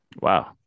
Wow